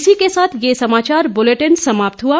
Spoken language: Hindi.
इसी के साथ ये समाचार बुलेटिन समाप्त हुआ